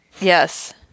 Yes